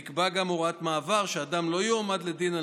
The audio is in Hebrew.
נקבעה גם הוראת מעבר שאדם לא יועמד לדין על